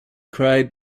cried